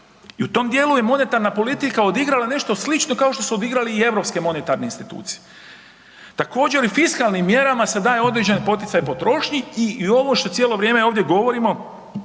i u tom dijelu je monetarna politika odigrala nešto slično kao što su odigrale europske monetarne institucije. Također i fiskalnim mjerama se daje određeni poticaj potrošnji i ovo što cijelo vrijeme ovdje govorimo